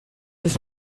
ist